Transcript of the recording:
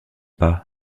pas